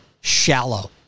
shallow